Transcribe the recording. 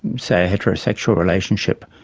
say a heterosexual relationship,